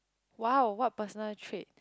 !wow! what personal trait